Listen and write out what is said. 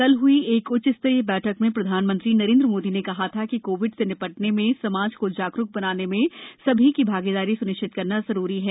कल हई एक उच्चस्तरीय बैठक में प्रधानमंत्री नरेन्द्र मोदी ने कहा था कि कोविड से नि टने में समाज को जागरूक बनाने में सभी की भागीदारी स्निश्चित करना जरूरी है